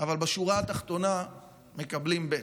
אבל בשורה התחתונה מקבלים בי"ת.